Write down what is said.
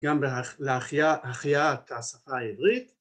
‫גם להחייאת השפה העברית.